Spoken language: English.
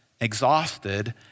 exhausted